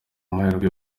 amahirwe